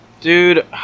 Dude